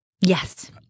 Yes